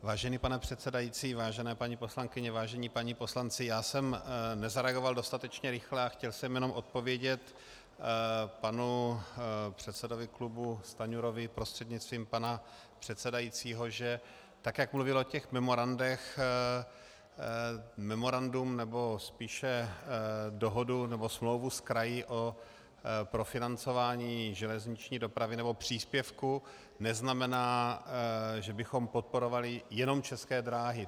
Vážený pane předsedající, vážené paní poslankyně, vážení páni poslanci, já jsem nezareagoval dostatečně rychle a chtěl jsem jenom odpovědět panu předsedovi klubu Stanjurovi prostřednictvím pana předsedajícího, že tak jak mluvil o těch memorandech, memorandum, nebo spíše dohodu nebo smlouvu s kraji o profinancování železniční dopravy nebo příspěvku neznamená, že bychom podporovali jenom České dráhy.